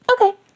Okay